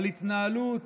על התנהלות